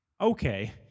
Okay